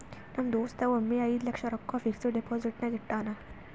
ನಮ್ ದೋಸ್ತ ಒಮ್ಮೆ ಐಯ್ದ ಲಕ್ಷ ರೊಕ್ಕಾ ಫಿಕ್ಸಡ್ ಡೆಪೋಸಿಟ್ನಾಗ್ ಇಟ್ಟಾನ್